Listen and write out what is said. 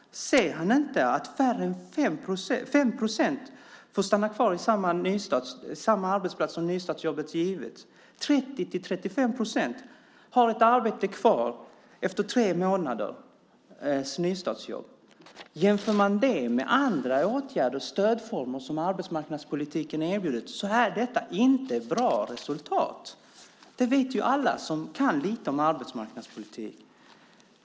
Ser han inte att färre än 5 procent får stanna kvar på samma arbetsplats som nystartsjobbet givit? 30-35 procent har ett arbete kvar efter tre månaders nystartsjobb. Jämför man det med andra åtgärder och stödformer som arbetsmarknadspolitiken erbjudit är detta inte ett bra resultat. Det vet alla som kan lite om arbetsmarknadspolitik.